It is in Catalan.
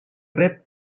rep